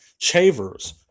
Chavers